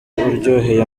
uryoheye